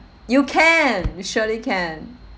you can you surely can